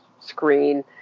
screen